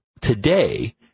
today